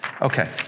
Okay